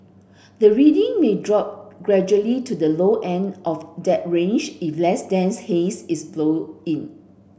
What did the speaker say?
the reading may drop gradually to the low end of that range if less dense haze is blown in